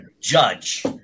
judge